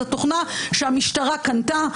זו תוכנה שהמשטרה קנתה.